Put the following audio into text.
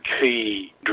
key